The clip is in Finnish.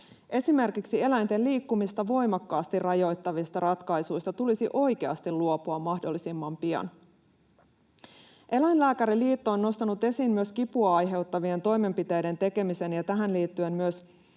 Esimerkiksi eläinten liikkumista voimakkaasti rajoittavista ratkaisuista tulisi oikeasti luopua mahdollisimman pian. Eläinlääkäriliitto on nostanut esiin myös kipua aiheuttavien toimenpiteiden tekemisen ja tähän liittyen myös